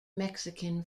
mexican